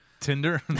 Tinder